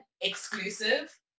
exclusive